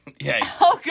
Yes